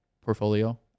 portfolio